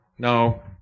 No